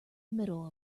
middle